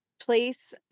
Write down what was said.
place